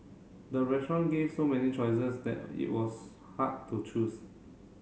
the restaurant gave so many choices that it was hard to choose